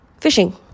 fishing